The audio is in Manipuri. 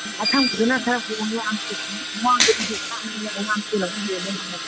ꯑꯁꯪꯕꯗꯨꯅ ꯈꯔ ꯍꯣꯡꯏ ꯑꯪꯒꯨꯔꯗꯤ ꯑꯉꯥꯡꯕꯗꯨꯗꯤ ꯇꯥꯡꯏ ꯑꯉꯥꯡꯕꯗꯨꯅꯗꯤ ꯍꯦꯜꯂꯤ ꯃꯃꯜ